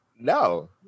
No